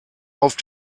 auf